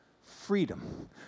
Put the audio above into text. Freedom